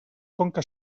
conca